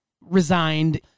resigned